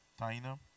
Taina